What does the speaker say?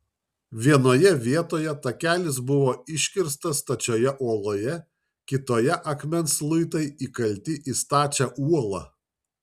vienoje vietoje takelis buvo iškirstas stačioje uoloje kitoje akmens luitai įkalti į stačią uolą